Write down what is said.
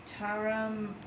Taram